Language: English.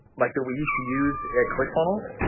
like that we used to use at clickfunnels,